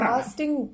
Casting